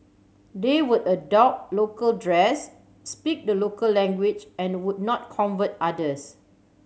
they would adopt local dress speak the local language and would not convert others